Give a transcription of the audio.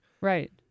Right